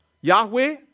Yahweh